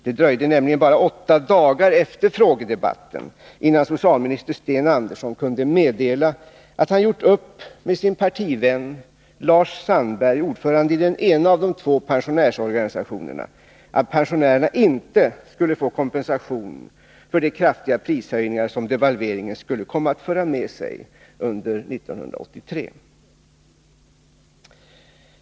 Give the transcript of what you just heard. Det dröjde nämligen bara åtta dagar efter frågedebatten innan socialminister Sten Andersson kunde meddela att han hade gjort upp med sin partivän Lars Sandberg, ordförande i den ena av de två pensionärsorganisationerna, att pensionärerna inte skulle få kompensation för de kraftiga prishöjningar som devalveringen skulle komma att föra med sig under 1983.